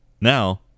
Now